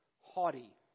haughty